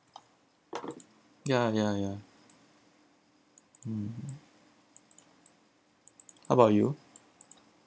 ya ya ya mm how about you